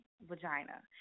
vagina